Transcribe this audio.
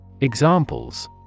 Examples